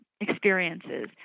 experiences